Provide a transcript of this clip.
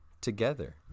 together